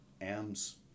AMs